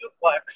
duplex